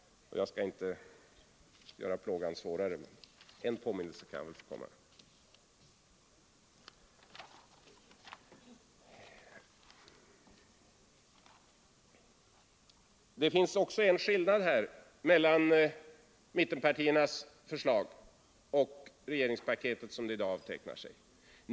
Jag skall inte göra plågan svårare, men en påminnelse kan jag väl få komma med. Det finns också en annan skillnad mellan mittenpartiernas förslag och förslagen i regeringspaketet.